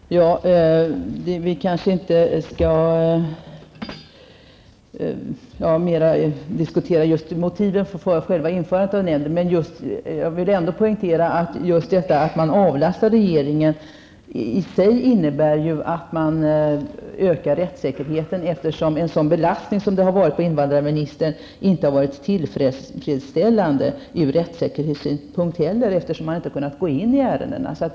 Herr talman! Vi skall kanske inte ytterligare diskutera motiven för själva införandet av den här nämnden. Men jag vill poängtera att just detta med att man avlastar regeringen i sig innebär en ökad rättssäkerhet. Den belastning som invandrarministern haft har ju inte varit en tillfredsställande ordning ur rättssäkerhetssynpunkt. Det har ju därmed inte varit möjligt att gå in i de olika ärendena.